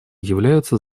являются